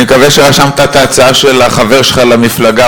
אני מקווה שרשמת את ההצעה של החבר שלך למפלגה,